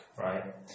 right